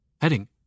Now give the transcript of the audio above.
Heading